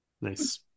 Nice